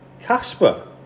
Casper